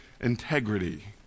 integrity